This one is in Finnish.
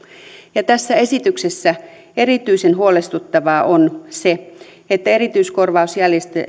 ja tässä esityksessä erityisen huolestuttavaa on se että erityiskorvausjärjestelmää